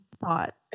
thought